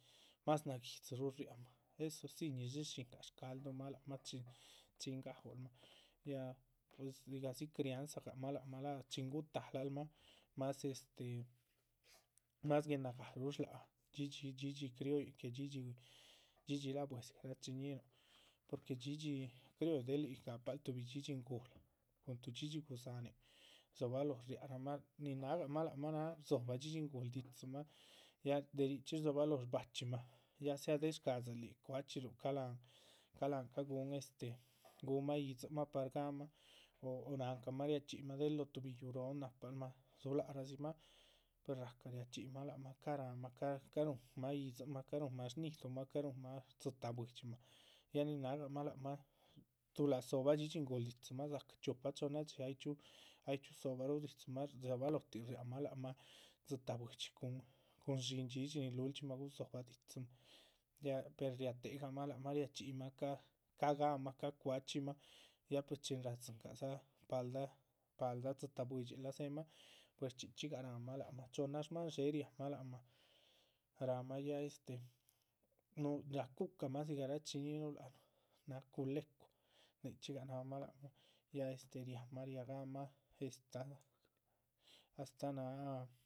Más naguidziruhu riáhmah eso si níshi shíngah shcalduhumah lac mah chin chin gaúlmah ya pues dzigahdzi crianzagamah lac mah láha tin gutáhalal mah más este. más guenagáharu shláha dhxídhxi criollin que dhxídhxi, dhxídhxi la´bue dzigah rachiñíhinuh porque dhxídhxi crioll del yíc gahpal tuhbi dhxídhxi nguhla cun tuh. dhxídhxi gudzáhanin rdzobalóho riahramah, nin náhgamah náha rdzóbah dhxídhxi nguhl dídzimah ya de richxí rdzobaloho shbachxímah ya sea de shcadziluh yíc. cuachxíluh ca´ láhan, ca´ láhanca guhun este gúhunmah yídzinmah par ga´mah o o náhancamah riachxíyimah del lóho tuh yúuh róhon nahpal mah rdzuhulara dzimah,. per ráhca riachxíyi lac mah ca´ ráhamah, ya ca´ ruhunmah yídzinmah ca´ ruhunmah shñidomah ca´ rúhunmah dzitáh buidxi ya nin náhagamah lac mah. túhula dzobah dhxídhxi nguhla dídzimah dzácah chiopa chohnna dxí ay, ay chxíu dzóhobaruh dídzimah, ya rdzobalohotih riác mah lac mahdzitáh buidxi cun cun. shíhin dxíhin dhxídhxi nin lúlchximah gudzóhobah dídzimah, ya per riáhatec gahmah lac mah ria chxíyimah ca´, ca´ gahamah ca´ cuachxímah ya pues chin radzíhingadza paldah. paldah dzitáh buidxin láha dzéhemah pues chxí chxígah ráhamah chohnna shmáhan dxé ráhamah lac mah, ráhamah ya este núhu ráha cu´cahmah dzigah rachiñíhinuh lac nuh. náha culécu nichxígah náhamah lac mah ya este riáhamah riagahamah astáh astáh náha